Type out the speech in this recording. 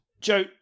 Joe